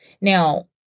Now